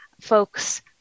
folks